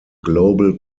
global